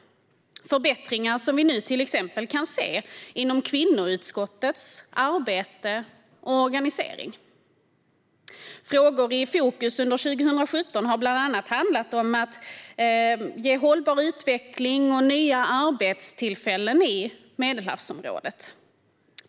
Det är förbättringar som vi nu kan se inom till exempel kvinnoutskottets arbete och organisering. Frågor som har varit i fokus under 2017 har bland annat varit hållbar utveckling och nya arbetstillfällen i Medelhavsområdet.